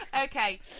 Okay